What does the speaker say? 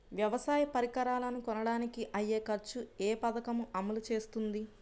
వ్యవసాయ పరికరాలను కొనడానికి అయ్యే ఖర్చు ఏ పదకము అమలు చేస్తుంది?